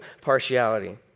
partiality